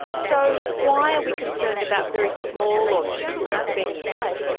so why are we concerned about very small objects being in orbit?